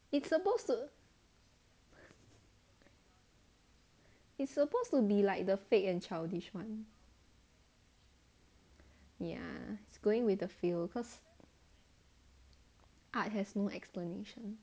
it's supposed to it's supposed to be like the fake and childish one ya going with the feel cause art has no explanation